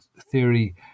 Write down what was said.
theory